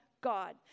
God